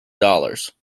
dollars